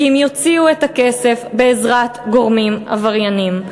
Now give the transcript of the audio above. כי הם יוציאו את הכסף בעזרת גורמים עברייניים.